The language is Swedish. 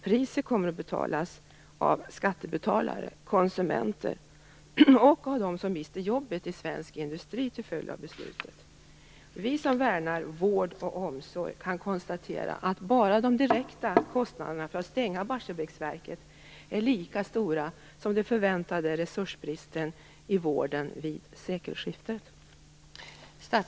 Priset kommer att betalas av skattebetalare, konsumenter och av dem som mister jobben i svensk industri till följd av beslutet. Vi som värnar vård och omsorg kan konstatera att bara de direkta kostnaderna för att stänga Barsebäcksverket är lika stora som den förväntade resursbristen i vården vid sekelskiftet.